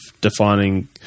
defining